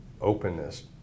openness